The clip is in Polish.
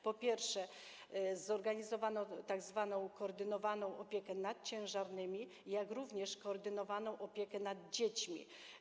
Po pierwsze, zorganizowano tzw. koordynowaną opiekę nad ciężarnymi, jak również koordynowaną opiekę nad dziećmi.